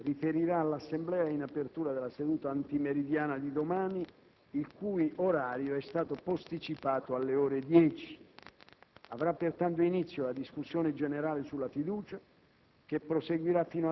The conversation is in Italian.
Il testo dell'emendamento, corredato di relazione tecnica, è stato immediatamente trasmesso alla 5a Commissione permanente per la valutazione della copertura finanziaria, nel rispetto delle prerogative del Governo.